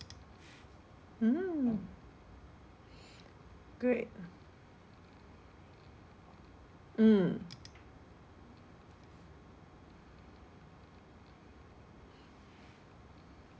mm great mm